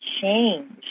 change